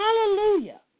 Hallelujah